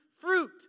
fruit